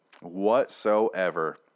Whatsoever